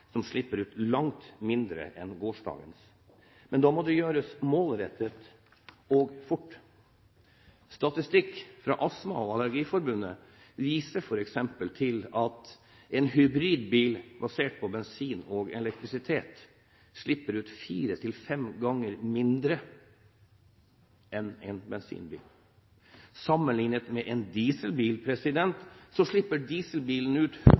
som slipper ut langt mindre enn gårsdagens biler. Men da må det gjøres målrettet og fort. En statistikk fra Astma- og Allergiforbundet viser f.eks. at en hybridbil basert på bensin og elektrisitet slipper ut fire til fem ganger mindre enn en bensinbil, og sammenlignet med en dieselbil slipper dieselbilen ut